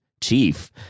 chief